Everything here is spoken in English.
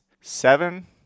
seven